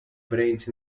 brains